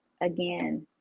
Again